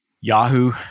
Yahoo